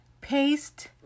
Paste